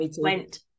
went